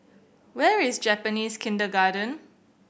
where is Japanese Kindergarten